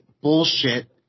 bullshit